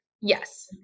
Yes